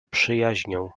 przyjaźnią